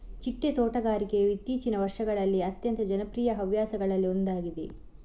ಚಿಟ್ಟೆ ತೋಟಗಾರಿಕೆಯು ಇತ್ತೀಚಿಗಿನ ವರ್ಷಗಳಲ್ಲಿ ಅತ್ಯಂತ ಜನಪ್ರಿಯ ಹವ್ಯಾಸಗಳಲ್ಲಿ ಒಂದಾಗಿದೆ